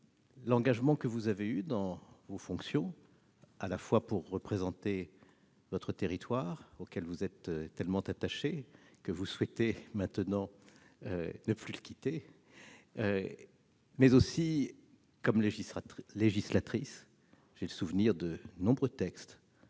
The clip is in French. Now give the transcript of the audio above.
l'engagement dont vous avez fait preuve dans vos fonctions, tant pour représenter votre territoire, auquel vous êtes tellement attachée que vous souhaitez désormais ne plus le quitter, que comme législatrice. J'ai le souvenir de nombreux textes